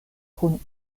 kun